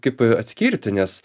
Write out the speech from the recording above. kaip a atskirti nes